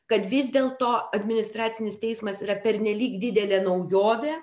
kad vis dėlto administracinis teismas yra pernelyg didelė naujovė